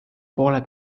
poole